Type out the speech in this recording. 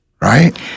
right